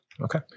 Okay